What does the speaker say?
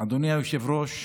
אדוני היושב-ראש,